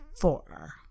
four